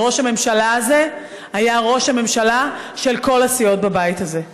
ראש הממשלה הזה היה ראש הממשלה של כל הסיעות בבית הזה.